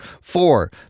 Four